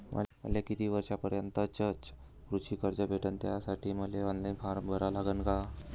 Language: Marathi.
मले किती रूपयापर्यंतचं कृषी कर्ज भेटन, त्यासाठी मले ऑनलाईन फारम भरा लागन का?